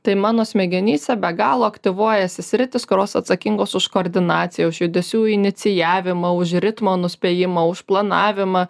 tai mano smegenyse be galo aktyvuojasi sritys kurios atsakingos už koordinaciją už judesių inicijavimą už ritmo nuspėjimą už planavimą